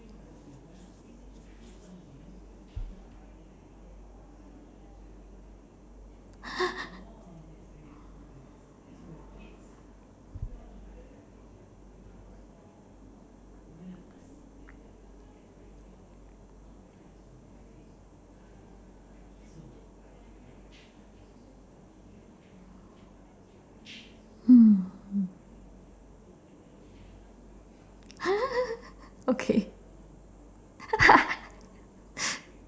mm okay